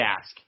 ask